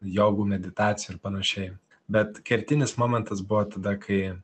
jogų meditacijų ir panašiai bet kertinis momentas buvo tada kai